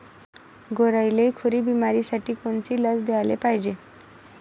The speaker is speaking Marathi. गुरांइले खुरी बिमारीसाठी कोनची लस द्याले पायजे?